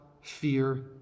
fear